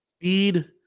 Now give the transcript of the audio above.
Speed